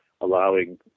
allowing